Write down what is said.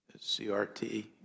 CRT